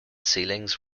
ceilings